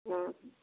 ହଁ